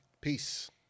peace